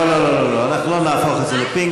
לא, לא, לא, אנחנו לא נהפוך את זה לפינג-פונג.